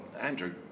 Andrew